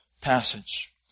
passage